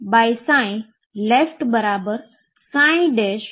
જેમા |left બરાબર |right હશે